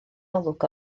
olwg